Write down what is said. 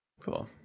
cool